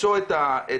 למצוא את הפתרונות,